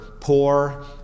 poor